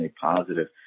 positive